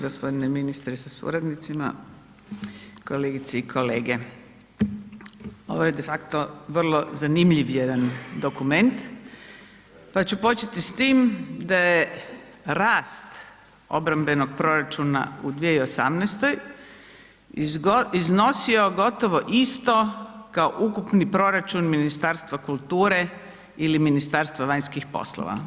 Gospodine ministre sa suradnicima, kolegice i kolege ovo je de facto vrlo zanimljiv jedan dokument, pa ću početi s tim da je rast obrambenog proračuna u 2018. iznosio gotovo isto kao ukupni proračun Ministarstva kulture ili Ministarstva vanjskih poslova.